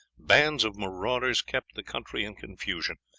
bands of marauders kept the country in confusion,